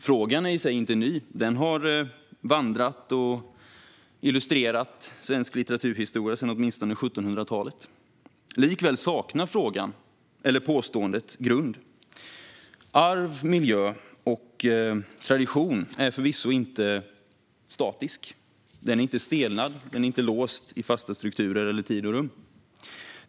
Frågan är i sig inte ny, utan den har vandrat och illustrerat svensk litteraturhistoria sedan åtminstone 1700-talet. Likväl saknar frågan - eller påståendet - grund. Arv, miljö och tradition är förvisso inte statiskt, stelnat eller låst i fasta strukturer eller i tid och rum.